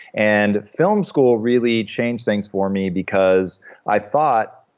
and film school really changed things for me, because i thought.